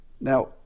Now